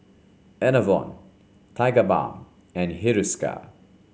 Enervon Tigerbalm and Hiruscar